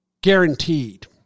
guaranteed